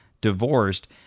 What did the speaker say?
divorced